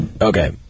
Okay